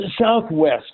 Southwest